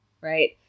right